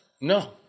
No